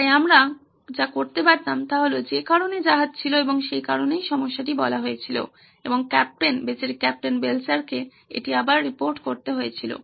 তাই আমরা করতে পারতাম যে কারণে জাহাজ ছিল এবং সে কারণেই সমস্যাটি বলা হয়েছিল এবং কাপ্তান বেচারী কাপ্তান বেলচারকে এটি আবার রিপোর্ট করতে হয়েছিল